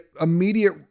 immediate